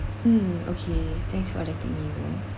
mm okay thanks for letting me know